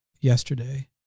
yesterday